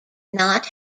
not